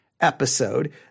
episode